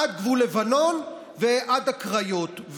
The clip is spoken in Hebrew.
עד גבול לבנון ועד הקריות.